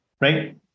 right